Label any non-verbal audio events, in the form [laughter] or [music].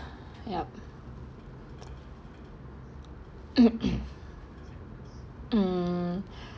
yup [coughs] mm